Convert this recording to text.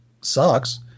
sucks